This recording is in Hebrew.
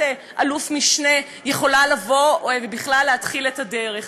אלוף-משנה יכולה לבוא ובכלל להתחיל את הדרך.